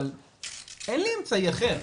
אבל אין לי אמצעי אחר.